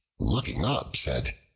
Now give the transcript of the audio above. looking up, said,